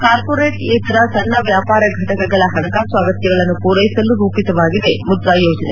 ಕಾರ್ಪೊರೇಟ್ಯೇತರ ಸಣ್ಣ ವ್ಯಾಪಾರ ಘಟಕಗಳ ಹಣಕಾಸು ಅಗತ್ಯಗಳನ್ನು ಪೂರೈಸಲು ರೂಪಿತವಾಗಿದೆ ಮುದ್ರಾ ಯೋಜನೆ